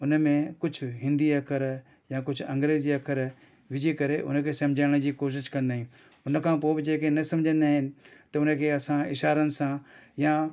हुन में कुझु हिंदी अख़र या कुझु अंग्रेज़ी अख़र विझी करे हुनखे समुझाइण जी कोशिशि कंदा आहियूं हुन खां पोइ बि जेके न समुझंदा आहिनि त हुनखे असां इशारनि सां या